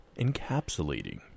encapsulating